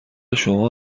شما